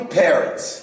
parents